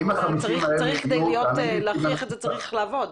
כדי להוכיח את זה צריך לעבוד.